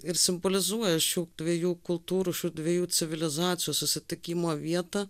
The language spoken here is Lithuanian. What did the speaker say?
ir simbolizuoja šių dviejų kultūrų šių dviejų civilizacijų susitikimo vietą